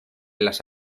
las